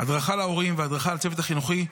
הדרכה למורים והדרכה לצוות החינוכי.